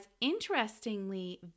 interestingly